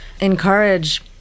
encourage